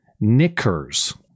knickers